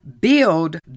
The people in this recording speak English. build